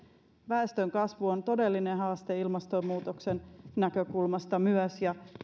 väestönkasvu on todellinen haaste ilmastonmuutoksen näkökulmasta myös ja